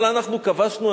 אבל אנחנו כבשנו,